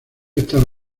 estar